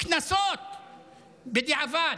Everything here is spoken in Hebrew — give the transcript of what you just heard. קנסות בדיעבד,